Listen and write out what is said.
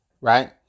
right